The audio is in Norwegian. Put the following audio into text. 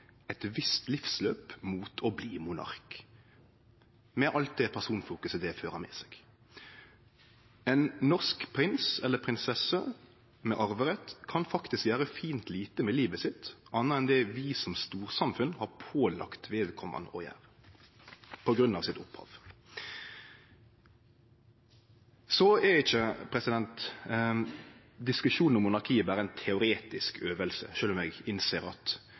eit visst livsløp fram mot å bli monark, med all den personfokuseringa det fører med seg. Ein norsk prins eller ei norsk prinsesse med arverett kan faktisk gjere fint lite med livet sitt anna enn det vi som storsamfunn har pålagt vedkomande å gjere, på grunn av hans eller hennar opphav. Så er ikkje diskusjonen om monarkiet berre ei teoretisk øving, sjølv om eg innser at